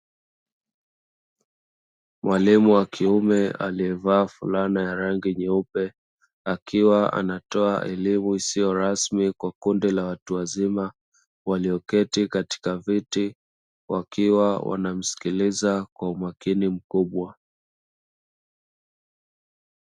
Mwalimu wa kiume aliyevaa fulana ya rangi nyeupe akiwa anatoa elimu isiyo rasmi kwa kundi la watu wazima, walioketi katika viti wakiwa wanamsikiliza kwa umakini mkubwa.